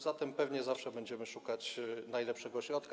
Zatem pewnie zawsze będziemy szukać najlepszego środka.